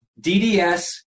DDS